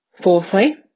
Fourthly